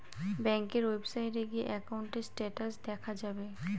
ব্যাঙ্কের ওয়েবসাইটে গিয়ে একাউন্টের স্টেটাস দেখা যাবে